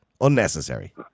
Unnecessary